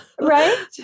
right